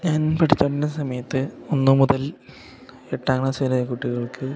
ഞാൻ പഠിച്ചോണ്ടിരുന്ന സമയത്ത് ഒന്ന് മുതൽ എട്ടാം ക്ലാസ്സ് വരെ കുട്ടികൾക്ക്